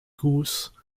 goose